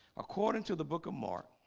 according to the book of mark